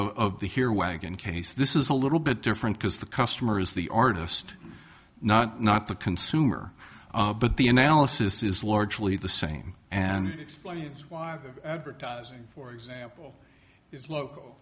holding of the here wagon case this is a little bit different because the customer is the artist not not the consumer but the analysis is largely the same and explains why the advertising for example is lo